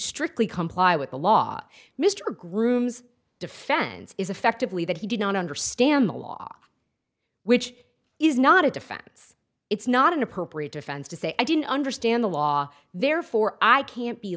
strictly comply with the law mr groom's defense is effectively that he did not understand the law which is not a defense it's not an appropriate defense to say i didn't understand the law therefore i can't be